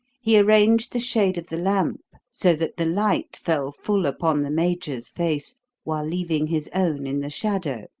he arranged the shade of the lamp so that the light fell full upon the major's face while leaving his own in the shadow.